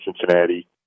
Cincinnati